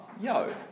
Yo